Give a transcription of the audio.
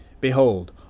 Behold